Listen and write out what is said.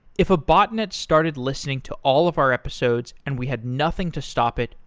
if a botnet started listening to all of our episodes and we had nothing to stop it,